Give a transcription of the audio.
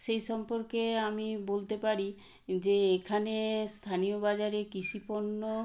সেই সম্পর্কে আমি বলতে পারি যে এখানে স্থানীয় বাজারে কৃষি পণ্য